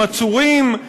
עם עצורים,